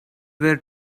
were